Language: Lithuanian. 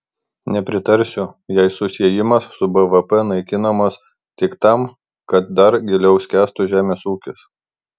nepritarsiu jei susiejimas su bvp naikinamas tik tam kad dar giliau skęstų žemės ūkis